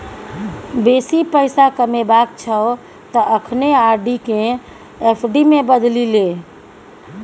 बेसी पैसा कमेबाक छौ त अखने आर.डी केँ एफ.डी मे बदलि ले